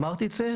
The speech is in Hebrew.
אמרתי את זה.